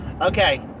Okay